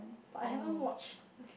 I haven't watched